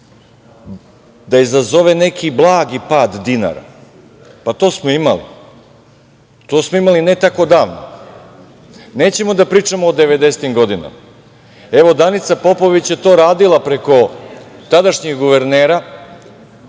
da izazove neki blagi pad dinara. Pa, to smo imali ne tako davno. Nećemo da pričamo o devedesetim godinama. Evo, Danica Popović je to radila preko tadašnjeg guvernera,